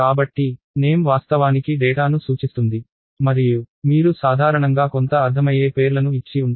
కాబట్టి నేమ్ వాస్తవానికి డేటాను సూచిస్తుంది మరియు మీరు సాధారణంగా కొంత అర్ధమయ్యే పేర్లను ఇచ్చి ఉంటారు